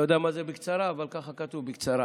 אני לא יודע מה זה בקצרה, אבל ככה כתוב, בקצרה.